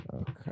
Okay